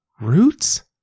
Roots